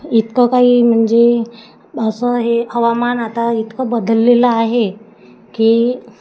इतकं काही म्हणजे असं हे हवामान आता इतकं बदललेलं आहे की